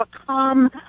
become